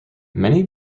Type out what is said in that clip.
many